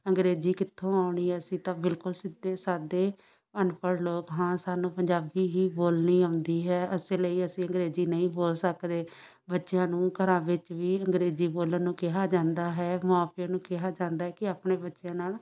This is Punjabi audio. ਅੰਗਰੇਜ਼ੀ ਕਿੱਥੋਂ ਆਉਣੀ ਹੈ ਅਸੀਂ ਤਾਂ ਬਿਲਕੁਲ ਸਿੱਧੇ ਸਾਦੇ ਅਨਪੜ੍ਹ ਲੋਕ ਹਾਂ ਸਾਨੂੰ ਪੰਜਾਬੀ ਹੀ ਬੋਲਣੀ ਆਉਂਦੀ ਹੈ ਇਸ ਲਈ ਅਸੀਂ ਅੰਗਰੇਜ਼ੀ ਨਹੀਂ ਬੋਲ ਸਕਦੇ ਬੱਚਿਆਂ ਨੂੰ ਘਰਾਂ ਵਿੱਚ ਵੀ ਅੰਗਰੇਜ਼ੀ ਬੋਲਣ ਨੂੰ ਕਿਹਾ ਜਾਂਦਾ ਹੈ ਮਾਂ ਪਿਉ ਨੂੰ ਕਿਹਾ ਜਾਂਦਾ ਕਿ ਆਪਣੇ ਬੱਚਿਆਂ ਨਾਲ